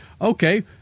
okay